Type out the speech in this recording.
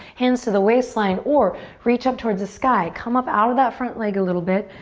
hands to the waistline, or reach up towards the sky. come up out of that front leg a little bit.